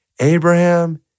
Abraham